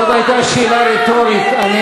זאת הייתה שאלה רטורית.